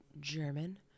German